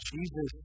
Jesus